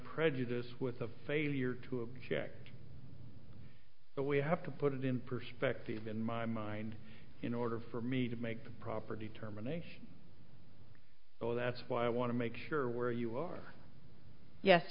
prejudice with a failure to object but we have to put it in perspective in my mind in order for me to make the proper determination so that's why i want to make sure where you are yes